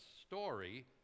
Story